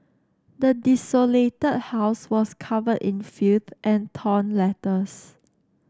the desolated house was covered in filth and torn letters